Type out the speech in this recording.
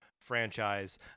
franchise